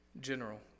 General